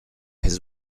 his